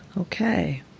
Okay